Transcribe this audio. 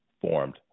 formed